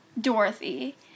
Dorothy